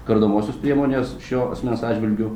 kardomosios priemonės šio asmens atžvilgiu